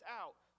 out